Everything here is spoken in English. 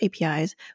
APIs